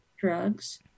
drugs